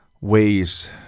ways